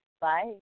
bye